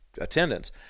attendance